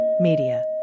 Media